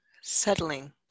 settling